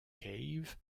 cave